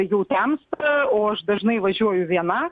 jau temsta o aš dažnai važiuoju viena